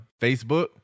Facebook